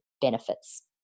benefits